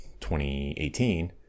2018